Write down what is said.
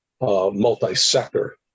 multi-sector